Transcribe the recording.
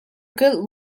good